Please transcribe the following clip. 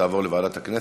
תעבור לוועדת הכנסת,